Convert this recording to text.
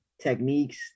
techniques